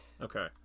okay